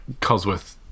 Cosworth